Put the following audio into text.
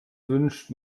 wünscht